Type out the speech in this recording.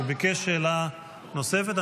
הוא ביקש שאלה נוספת.